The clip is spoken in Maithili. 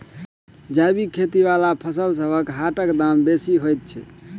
जैबिक खेती बला फसलसबक हाटक दाम बेसी होइत छी